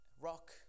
rock